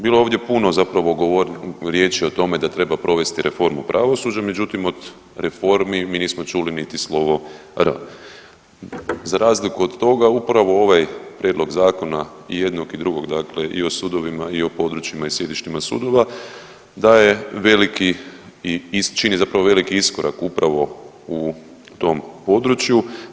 Bilo je ovdje puno zapravo riječi o tome da treba provesti reformu pravosuđa međutim od reformi mi nismo čuli niti R. Za razliku od toga upravo ovaj prijedlog zakona i jednog i drugog dakle i o sudovima i o područjima i sjedištima sudova daje veliki, čini zapravo veliki iskorak upravo u tom području.